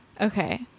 Okay